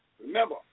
Remember